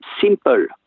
simple